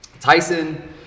Tyson